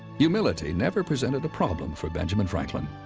humility never presented a problem for benjamin franklin.